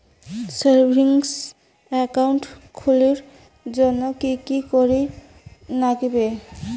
Savings account খুলির জন্যে কি কি করির নাগিবে?